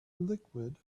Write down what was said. liquid